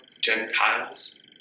Gentiles